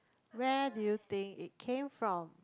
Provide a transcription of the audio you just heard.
where do you think it came from